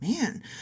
Man